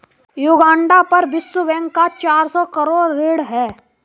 Uganda पर विश्व bank का चार सौ करोड़ ऋण है